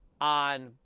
on